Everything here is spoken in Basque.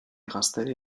gaztedi